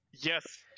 Yes